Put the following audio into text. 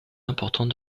important